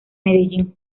medellín